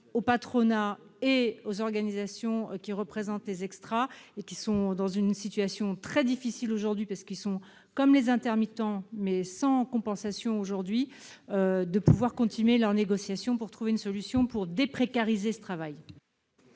au patronat et aux organisations qui représentent les extras, qui sont dans une situation très difficile aujourd'hui- comme les intermittents, moins la compensation -, de continuer leurs négociations et de trouver une solution pour « déprécariser » ce travail.